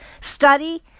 study